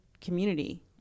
community